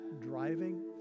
driving